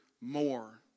more